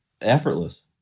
effortless